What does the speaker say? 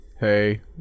hey